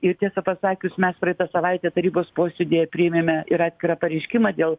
ir tiesą pasakius mes praeitą savaitę tarybos posėdyje priėmėme ir atskirą pareiškimą dėl